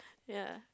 ya